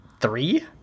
Three